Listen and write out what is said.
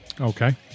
Okay